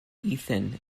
ethan